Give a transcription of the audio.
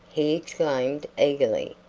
he exclaimed, eagerly.